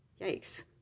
Yikes